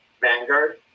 Vanguard